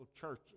churches